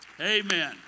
Amen